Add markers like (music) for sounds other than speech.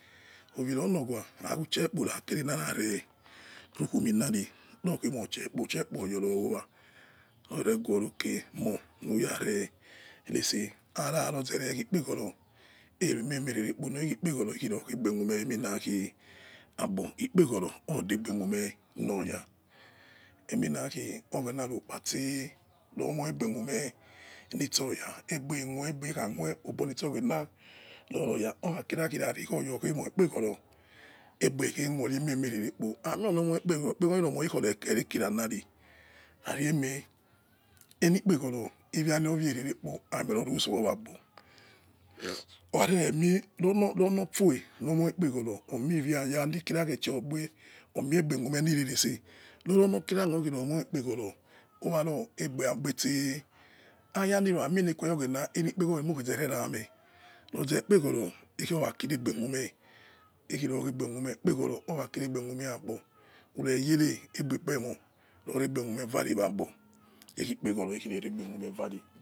Oviror nor wa aki uchi ekpo ra kere narare rukumi nari okhe moi uchiekpo uchiekpo oyoror wo owa oregu ori oki mor mor ya re rese araroze rekhi ikpegoro ikhememerorekpo he khi ikpegoro ikhi rokhe egbe mumeh emina khi agbor ikpegor o odegbemu meh nor oya eminakhi oghena rokpate ror moi egbe mumeh nitso oya egbe moi gbe ekha moi ogbor nit so oghena iroroya okha kira rari oya okhe moi ikpegoro egbe khemoir ememe rerekpo amoi onor moi ikpegoror ni ror mor ikhoreke reki ra nari rarieme eni ikpegoro ivia nor via ererwkpo ami onor ruso your wa agbor (hesitation) okharere mi moi ikpegoro omi ivia aya nor kira khe etie ogbe omie egbemumeh nireretse roro norkira ror khi ror moi ikpegoro owa ror egbe ra gbe teh aya ni ror ami ene que your oghena eni ikpogorona emukheze rerameh roze ikpegoro ikho ra kire egbe mumeh ikhi ror khe egbe mumeh ikpegoro ora kire egbemumeh agbor ureyere egbegbe emor ror regbe mumeh vare wagbor ikhi ikpego ro ikhi reregbe mumeh vare